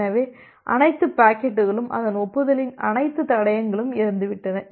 எனவே அனைத்து பாக்கெட்டுகளும் அதன் ஒப்புதலின் அனைத்து தடயங்களும் இறந்துவிட்டன